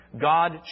God